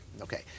okay